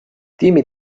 tiimi